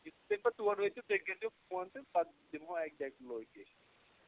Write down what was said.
یِتھُے تُہۍ پَتہٕ تور وٲتِو تُہۍ کٔرۍزیو فون تہٕ پَتہٕ دِمہو اٮ۪کزیکٹ لوکیشَن